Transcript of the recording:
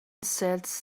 sets